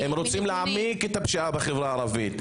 הם רוצים להעמיק את הפשיעה בחברה הערבית.